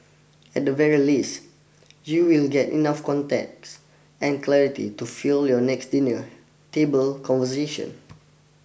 at the very least you will get enough context and clarity to fuel your next dinner table conversation